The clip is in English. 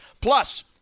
Plus